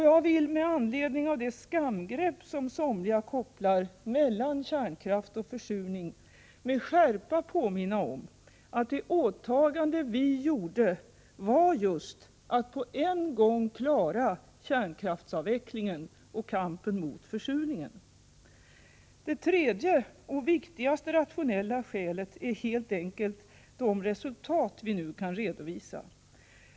Jag vill med anledning av det skamgrepp som somliga kopplar mellan kärnkraft och försurning med skärpa påminna om att det åtagande vi gjorde var just att på en gång klara kärnkraftsavvecklingen och kampen mot försurningen. Det tredje och viktigaste rationella skälet är helt enkelt de resultat vi nu kan redovisa.